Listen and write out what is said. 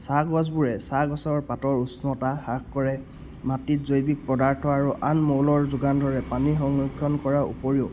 চাহগছবোৰে চাহগছৰ পাতৰ উষ্ণতা হ্ৰাস কৰে মাটিত জৈৱিক পদাৰ্থ আৰু আন মৌলৰ যোগান ধৰে পানী সংৰক্ষণ কৰাৰ উপৰিও